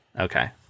Okay